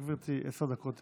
דקות לרשותך.